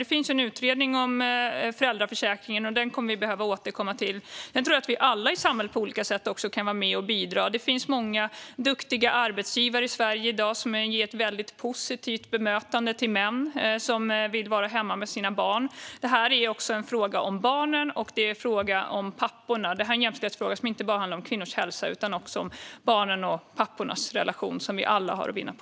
Det finns en utredning om föräldraförsäkringen som vi behöver återkomma till. Dels behöver alla i samhället på olika sätt vara med och bidra. Många duktiga arbetsgivare i Sverige ger i dag ett väldigt positivt bemötande till män som vill vara hemma med sina barn. Detta är även en fråga om barnen och papporna. Denna jämställdhetsfråga handlar inte bara om kvinnors hälsa utan även om barnens och pappornas relation, något som vi alla har att vinna på.